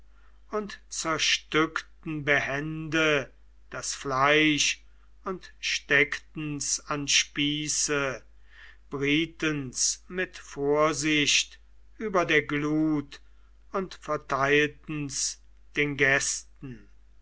und zerstückten behende das fleisch und steckten's an spieße brieten's mit vorsicht über der glut und verteilten's den gästen